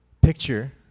Picture